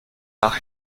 nach